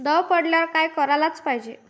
दव पडल्यावर का कराच पायजे?